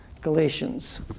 Galatians